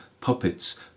Puppets